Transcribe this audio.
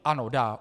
Ano, dá.